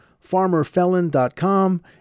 farmerfelon.com